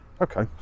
Okay